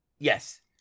Yes